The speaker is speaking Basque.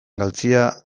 galtzea